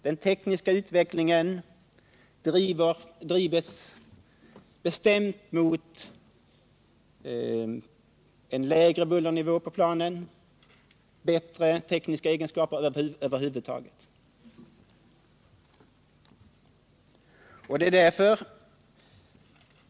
Den tekniska utvecklingen drivs bestämt mot en lägre bullernivå på planen, mot bättre tekniska egenskaper över huvud taget, miljömässigt och energimässigt.